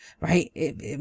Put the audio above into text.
right